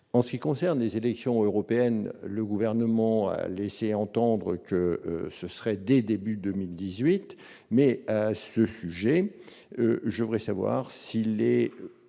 en ce qui concerne les élections européennes, le gouvernement a laissé entendre que ce serait dès début 2018, mais à ce sujet, je voulais savoir s'il est